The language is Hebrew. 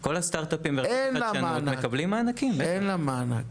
אין לה מענק.